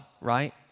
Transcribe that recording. right